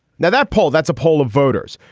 now that poll that's a poll of voters.